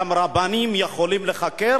גם רבנים יכולים להיחקר,